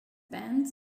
bands